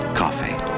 coffee